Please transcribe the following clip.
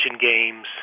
games